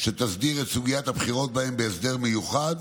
שתסדיר את סוגיית הבחירות בהן בהסדר מיוחד.